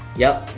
yup.